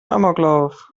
amoklauf